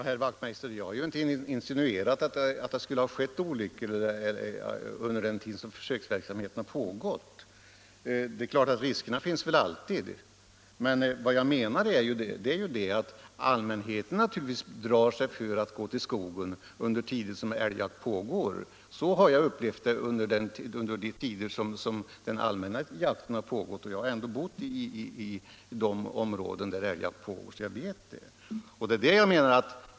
Herr talman! Jag har inte, herr Wachtmeister i Johannishus, insinuerat att olyckor skulle ha skett under den tid som försöksverksamheten har pågått. Risker finns alltid. Men vad jag menade är att allmänheten naturligtvis drar sig för att gå till skogen under den tid älgjakten pågår. Så har jag upplevt det under den tid den allmänna jakten bedrivs. Jag har ändå bott i områden där älgjakt pågår, så jag vet vad jag talar om.